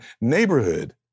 neighborhood